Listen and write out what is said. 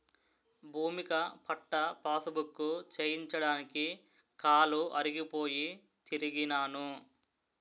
భూమిక పట్టా పాసుబుక్కు చేయించడానికి కాలు అరిగిపోయి తిరిగినాను